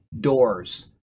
doors